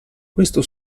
questo